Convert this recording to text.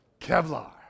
Kevlar